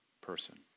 person